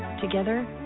together